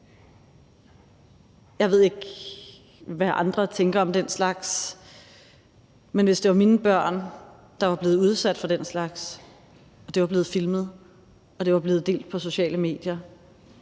Jeg ved ikke, hvad andre tænker om den slags. Men hvis det var mine børn, der var blevet udsat for den slags, og det var blevet filmet og det var blevet delt på sociale medier,